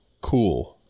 cool